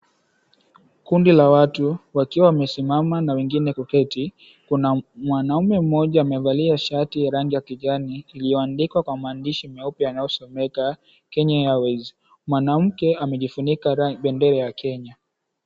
Kundi la watu wakiwa wamesimama na wengine kuketi na mwanamume mmoja amevalia shati ya rangi ya kijani iliyoandikwa kwa maandishi meupe yanayosomeka Kenya Airways. Mwanamke amejifunika bendera ya kenya.